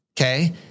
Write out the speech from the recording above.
Okay